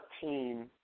team